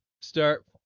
start